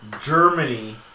Germany